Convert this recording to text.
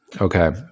Okay